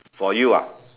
for you ah